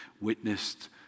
Witnessed